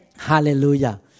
Hallelujah